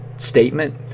statement